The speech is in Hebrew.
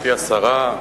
גברתי השרה,